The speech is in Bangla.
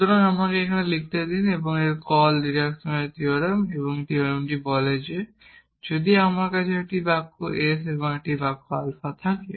সুতরাং আমাকে এখানে লিখতে দিন এর কল ডিডাকশন থিওরেম এই থিওরেমটি বলে যে যদি আমার কাছে একটি বাক্য s এবং একটি বাক্য আলফা থাকে